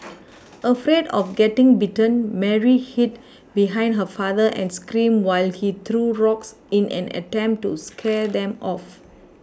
afraid of getting bitten Mary hid behind her father and screamed while he threw rocks in an attempt to scare them of